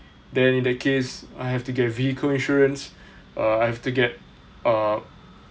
then in the case I have to get vehicle insurance uh I have to get uh